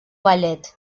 ballet